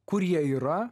kur jie yra